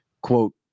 quote